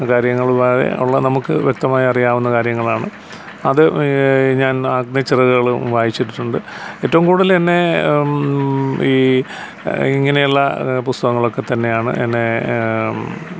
കാര്യങ്ങളുള്ളതെ ഉള്ള നമുക്ക് വ്യക്തമായ അറിയാവുന്ന കാര്യങ്ങളാണ് അത് ഞാൻ അഗ്നിചിറകുകൾ വായിച്ചിട്ടുണ്ട് ഏറ്റവും കൂടുതൽ എന്നെ ഈ ഇങ്ങനെയുള്ള പുസ്തകങ്ങളൊക്കെ തന്നെയാണ് എന്നെ